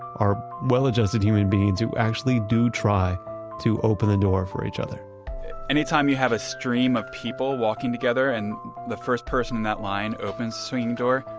are well adjusted human beings who actually do try to open the door for each other anytime you have a stream of people walking together and the first person in that line opens the swinging door,